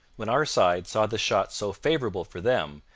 when our side saw this shot so favourable for them,